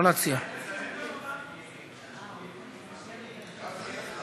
(תיקון מס' 6),